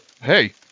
hey